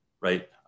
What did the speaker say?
Right